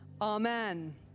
Amen